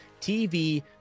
TV